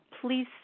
please